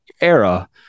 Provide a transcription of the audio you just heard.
era